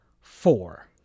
four